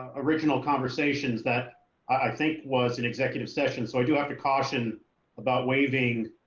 original conversations that i think was an executive session. so i do have to caution about waiving